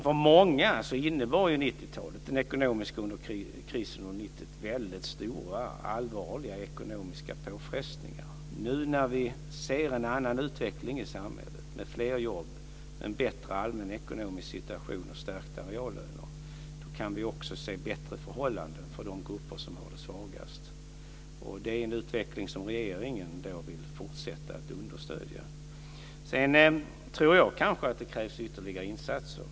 För många innebar krisen under 90-talet stora allvarliga ekonomiska påfrestningar. Nu när vi ser en annan utveckling i samhället med fler jobb, en bättre allmänekonomisk situation och stärkta reallöner kan vi också se bättre förhållanden för de grupper som är svagast. Det är en utveckling som regeringen vill fortsätta att understödja. Sedan tror jag kanske att det krävs ytterligare insatser.